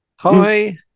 Hi